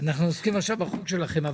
אנחנו עוסקים עכשיו בחוק שלכם,